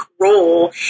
role